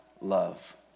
love